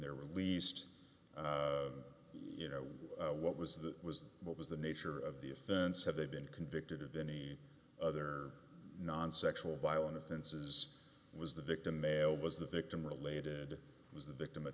they're released you know what was that was what was the nature of the offense had they been convicted of any other non sexual violent offenses was the victim